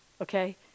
Okay